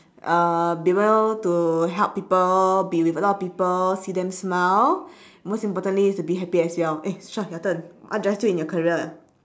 uh be able to help people be with a lot of people see them smile most importantly is to be happy as well eh sher your turn what drives you in your career